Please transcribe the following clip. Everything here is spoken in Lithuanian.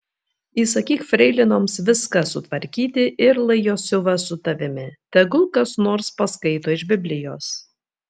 įsakyk freilinoms viską sutvarkyti ir lai jos siuva su tavimi tegul kas nors paskaito iš biblijos